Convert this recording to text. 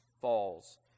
falls